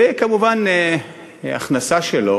וכמובן, ההכנסה שלו